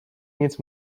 nic